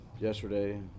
yesterday